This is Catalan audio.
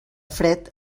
fred